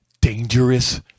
Dangerous